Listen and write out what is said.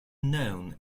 known